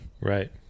Right